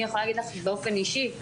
אני יכולה להגיד לך באופן אישי,